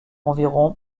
environ